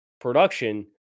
production